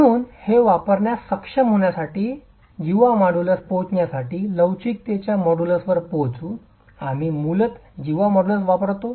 म्हणून हे वापरण्यात सक्षम होण्यासाठी आणि जीवा मॉड्यूलसवर पोचण्यासाठी लवचिकतेच्या मॉड्यूलसवर पोहोचू आम्ही मूलतः जीवा मॉड्यूलस वापरतो